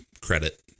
credit